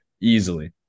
Easily